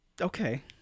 okay